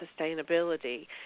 sustainability